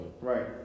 Right